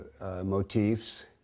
motifs